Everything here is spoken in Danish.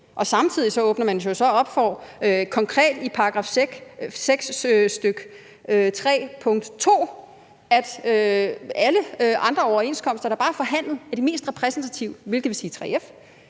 Samtidig åbner man jo så op for konkret i § 6, stk. 3, punkt 2, at alle andre overenskomster, der bare er forhandlet af de mest repræsentative, hvilket vil sige 3F,